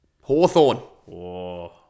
Hawthorne